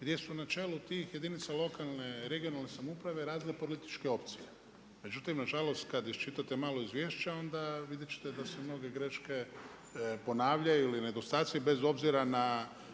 gdje su na čelu tih jedinica lokalne i regionalne samouprave razne političke opcije. Međutim nažalost kada iščitate malo izvješća vidjet ćete da se mnoge greške ponavljaju ili nedostaci bez obzira na